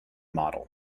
model